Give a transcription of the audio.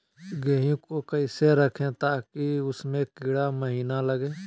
गेंहू को कैसे रखे ताकि उसमे कीड़ा महिना लगे?